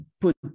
put